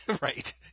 right